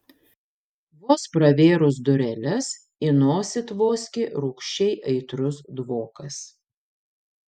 vos pravėrus dureles į nosį tvoskė rūgščiai aitrus dvokas